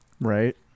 Right